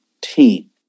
team